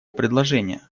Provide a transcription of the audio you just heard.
предложения